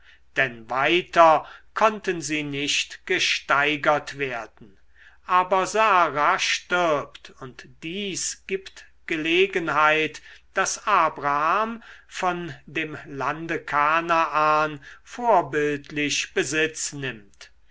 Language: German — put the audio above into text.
denn weiter konnten sie nicht gesteigert werden aber sara stirbt und dies gibt gelegenheit daß abraham von dem lande kanaan vorbildlich besitz nimmt